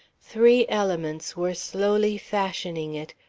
three elements were slowly fashioning it,